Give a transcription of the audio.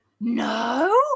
No